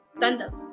thunder